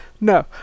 No